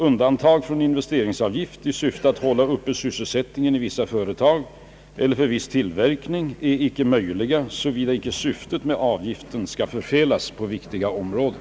Undantag från investeringsavgift i syfte att hålla uppe sysselsättningen i vissa företag eller för viss tillverkning är inte möjliga såvida inte syftet med avgiften skall förfelas på viktiga områden.